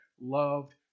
loved